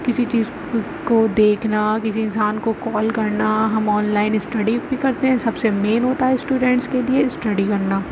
کسی چیز کو دیکھنا کسی انسان کو کال کرنا ہم آن لائن اسٹڈی بھی کرتے ہیں سب سے مین ہوتا ہے اسٹوڈینٹس کے لیے اسٹڈی کرنا